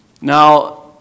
Now